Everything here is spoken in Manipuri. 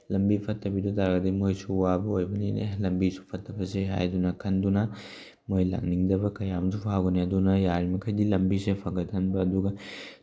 ꯂꯝꯕꯤ ꯐꯠꯇꯕꯤꯗ ꯆꯠ ꯇꯥꯔꯗꯤ ꯃꯣꯏꯁꯨ ꯋꯥꯕ ꯑꯣꯏꯕꯅꯤ ꯑꯦ ꯂꯝꯕꯤꯁꯨ ꯐꯠꯕꯁꯦ ꯍꯥꯏꯗꯅ ꯈꯟꯗꯨꯅ ꯃꯣꯏ ꯂꯥꯛꯅꯤꯡꯗꯕ ꯀꯌꯥ ꯑꯃꯁꯨ ꯐꯥꯎꯒꯅꯤ ꯑꯗꯨꯅ ꯌꯥꯔꯤꯕ ꯃꯈꯩꯗꯤ ꯂꯝꯕꯤꯁꯦ ꯐꯒꯠꯍꯟꯕ ꯑꯗꯨꯒ